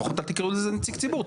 לפחות אל תקראו לזה נציג ציבור,